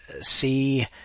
see